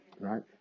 Right